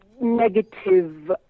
negative